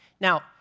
Now